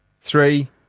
Three